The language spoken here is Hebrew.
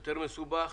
יותר מסובך.